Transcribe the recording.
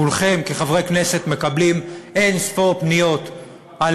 כולכם כחברי כנסת מקבלים אין-ספור פניות על